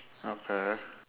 okay